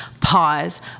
pause